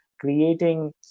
creating